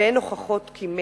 ואין הוכחות כי מת.